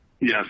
Yes